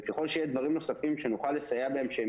וככל שיהיה דברים נוספים שנוכל לסייע להם שהם